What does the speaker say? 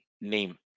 name